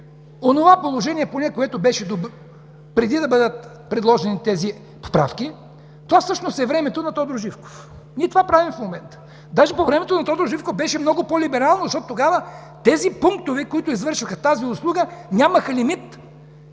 онова положение, което беше преди тези поправки. Това всъщност е времето на Тодор Живков. Ние това правим в момента. Даже по времето на Тодор Живков това беше много по-либерално, защото тогава пунктовете, които извършваха тази услуга, нямаха лимит.